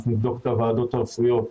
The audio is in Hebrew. אנחנו נבדוק את הוועדות הרפואיות.